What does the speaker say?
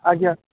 ଆଜ୍ଞା